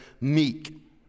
meek